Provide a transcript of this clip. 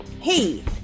Hey